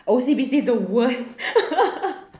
O_C_B_C the worst